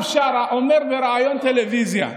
עזמי בשארה, אמר בריאיון טלוויזיה,